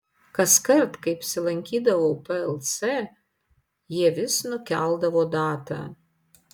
kaskart kai apsilankydavau plc jie vis nukeldavo datą